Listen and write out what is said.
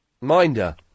Minder